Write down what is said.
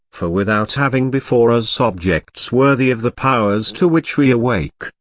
for without having before us objects worthy of the powers to which we awake,